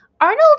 Arnold